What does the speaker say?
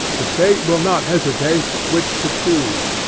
the state will not hesitate which to choose.